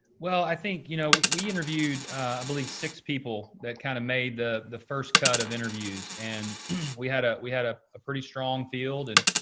well, i think, you know, we interviewed, i believe, six people that kind of made the the first cut of interviews. and we had a we had a a pretty strong field. and,